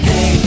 Hey